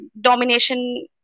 domination